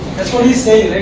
that's what he's saying,